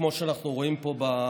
כמו שאנחנו רואים פה במליאה,